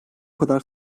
kadar